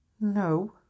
No